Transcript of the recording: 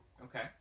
Okay